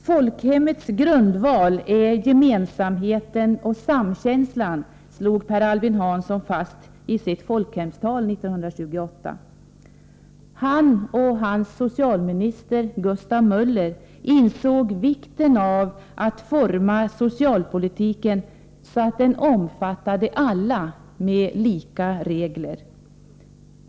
”Folkhemmets grundval är gemensamheten och samkänslan”, slog Per Albin Hansson fast i sitt folkhemstal 1928. Han och hans socialminister Gustav Möller insåg vikten av att forma socialpolitiken så att den omfattade alla, med lika regler.